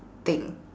thing